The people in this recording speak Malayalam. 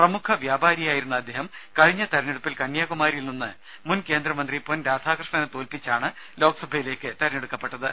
പ്രമുഖ വ്യാപാരിയായിരുന്ന അദ്ദേഹം കഴിഞ്ഞ തെരഞ്ഞെടുപ്പിൽ കന്യാകുമാരിയിൽ നിന്ന് മുൻകേന്ദ്രമന്ത്രി പൊൻരാധാകൃഷ്ണനെ തോൽപ്പിച്ചാണ് ലോക്സഭയിലേക്ക് തെരഞ്ഞെടുക്കപ്പെട്ടത്